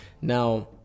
now